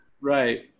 Right